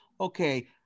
Okay